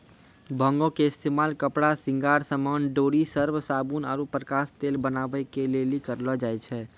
भांगो के इस्तेमाल कपड़ा, श्रृंगार समान, डोरी, सर्फ, साबुन आरु प्रकाश तेल बनाबै के लेली करलो जाय छै